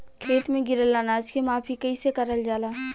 खेत में गिरल अनाज के माफ़ी कईसे करल जाला?